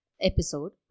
episode